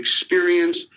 experience